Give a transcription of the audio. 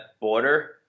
border